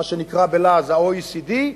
מה שנקרא בלעז ה-OECD,